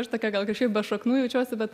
aš tokia gal kažkaip be šaknų jaučiuosi bet